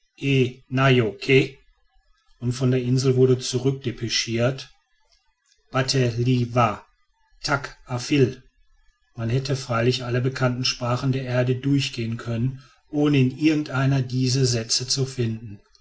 und von der insel wurde zurückdepeschiert bate li war tak a fil man hätte freilich alle bekannten sprachen der erde durchgehen können ohne in irgendeiner diese sätze zu finden